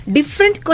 Different